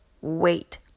wait